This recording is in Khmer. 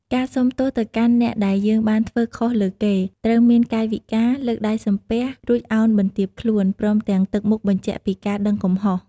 ការសូមទោសទៅកាន់អ្នកដែលយើងបានធ្វើខុសលើគេ ត្រូវមានកាយវិការ លើកដៃសំពះ រួចឱនបន្ទាបខ្លួន ព្រមទាំងទឹកមុខបញ្ជាក់ពីការដឹងកំហុស។